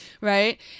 right